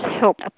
help